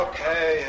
Okay